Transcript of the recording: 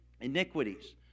iniquities